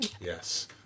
Yes